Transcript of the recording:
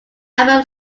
album